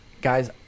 guys